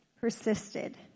persisted